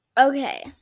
Okay